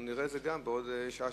ונראה את זה גם בעוד שעה,